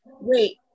wait